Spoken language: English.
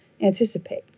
anticipate